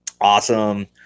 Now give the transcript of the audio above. Awesome